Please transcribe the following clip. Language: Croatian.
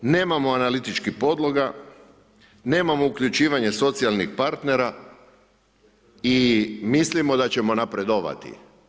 Dakle nemamo analitičkih podloga, nemamo uključivanje socijalnih partnera i mislimo da ćemo napredovati.